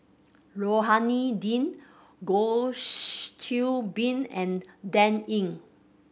Rohani Din Goh Qiu Bin and Dan Ying